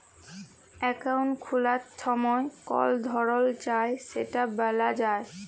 account খুলার ছময় কল ধরল চায় সেট ব্যলা যায়